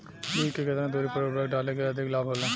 बीज के केतना दूरी पर उर्वरक डाले से अधिक लाभ होला?